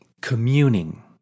communing